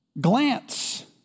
Glance